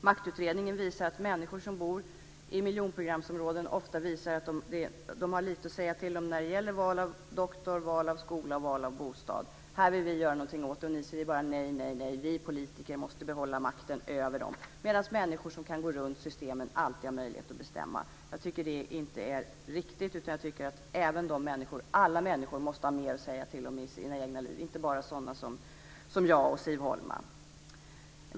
Maktutredningen visar att människor som bor i miljonprogramsområden ofta har lite att säga till om när det gäller val av doktor, val av skola och val av bostad. Det vill vi göra något åt, men ni säger bara nej och att vi politiker måste behålla makten över människorna. Men människor som kan gå runt systemen har alltid möjlighet att bestämma. Jag tycker inte att det är riktigt. Alla människor måste ha mer att säga till om i sina egna liv - inte bara sådana som jag och Siv Holma.